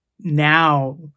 now